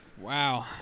Wow